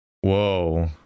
Whoa